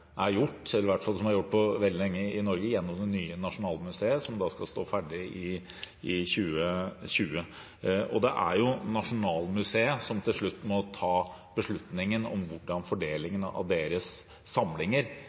er gjort på veldig lenge i Norge, med det nye Nasjonalmuseet som skal stå ferdig i 2020. Det er jo Nasjonalmuseet som til slutt må ta beslutningen om hvordan fordelingen av deres samlinger